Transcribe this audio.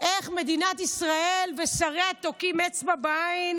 איך מדינת ישראל ושריה תוקעים אצבע בעין